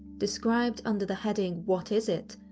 described under the heading what is it,